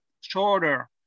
shorter